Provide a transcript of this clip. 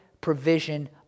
provision